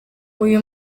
uyu